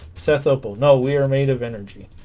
sets up oh no we are made of energy